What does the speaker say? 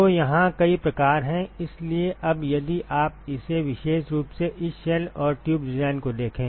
तो यहाँ कई प्रकार हैं इसलिए अब यदि आप इसे विशेष रूप से इस शेल और ट्यूब डिज़ाइन को देखें